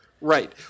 Right